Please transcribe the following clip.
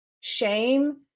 shame